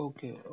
Okay